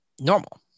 normal